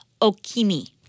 Okimi